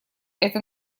это